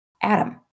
Adam